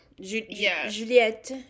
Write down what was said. Juliette